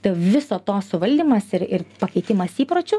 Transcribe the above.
tai viso to suvaldymas ir ir pakeitimas įpročių